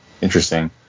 interesting